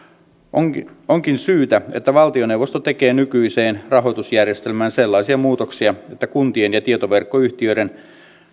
onkin onkin syytä että valtioneuvosto tekee nykyiseen rahoitusjärjestelmään sellaisia muutoksia että kuntien ja tietoverkkoyhtiöiden